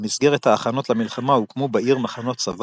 במסגרת ההכנות למלחמה הוקמו בעיר מחנות צבא